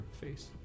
face